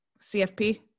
CFP